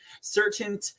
Certain